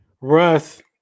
Russ